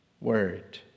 Word